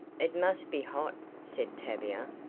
it must be hot said tavia.